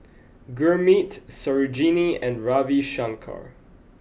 Gurmeet Sarojini and Ravi Shankar